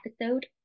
episode